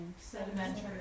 sedimentary